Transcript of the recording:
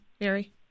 Mary